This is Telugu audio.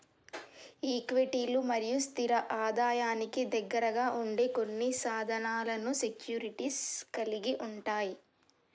ఈక్విటీలు మరియు స్థిర ఆదాయానికి దగ్గరగా ఉండే కొన్ని సాధనాలను సెక్యూరిటీస్ కలిగి ఉంటయ్